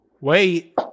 wait